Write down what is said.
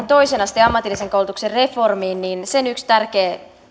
toisen asteen ammatillisen koulutuksen reformiin sen yksi tärkeä